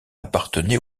appartenait